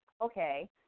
Okay